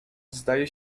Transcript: zdaje